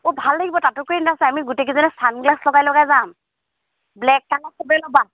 অঁ ভাল লাগিব তাতোতকৈ ইন্টাৰেষ্টিং আমি গোটকেইজনীয়ে ছানগ্লাছ লগাই লগাই যাম ব্লেক কালাৰ সবেই ল'বা